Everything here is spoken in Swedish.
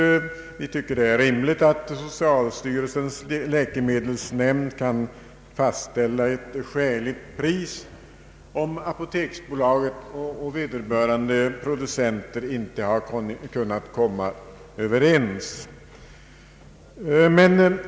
Det är enligt vår mening rimligt att socialstyrelsens läkemedelsnämnd kan fastställa ett skäligt pris om apoteksbolaget och vederbörande producenter inte har kunnat komma överens.